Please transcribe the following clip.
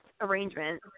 arrangement